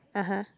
(uh huh)